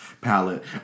palette